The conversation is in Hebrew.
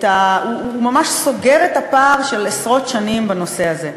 הוא ממש סוגר את הפער של עשרות השנים בנושא הזה.